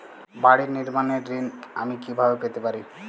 বাড়ি নির্মাণের ঋণ আমি কিভাবে পেতে পারি?